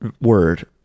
word